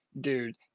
Dude